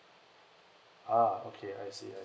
ah okay I see I